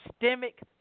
systemic